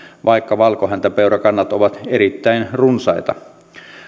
vaikka valkohäntäpeurakannat ovat erittäin runsaita